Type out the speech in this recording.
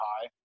high